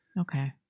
Okay